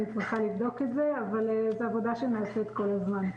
אני צריכה לבדוק את זה אבל זו עבודה שנעשית כל הזמן.